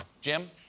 Jim